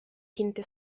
tinte